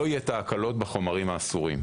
לא יהיו ההקלות בחומרים האסורים.